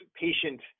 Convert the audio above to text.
patient